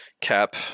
cap